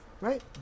Right